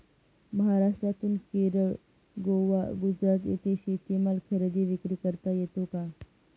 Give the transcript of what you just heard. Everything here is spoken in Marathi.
महाराष्ट्रातून केरळ, गोवा, गुजरात येथे शेतीमाल खरेदी विक्री करता येतो का?